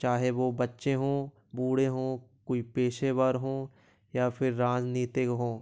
चाहे वो बच्चे हों बूढ़े हों कोई पेशेवर हों या फिर राँजनीतिज्ञ हों